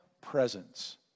presence